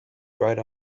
dried